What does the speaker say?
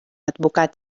advocat